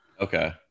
Okay